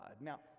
now